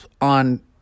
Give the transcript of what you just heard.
on